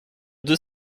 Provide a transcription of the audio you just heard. deux